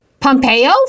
Pompeo